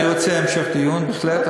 אני רוצה המשך דיון, בהחלט.